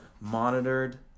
monitored